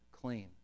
clean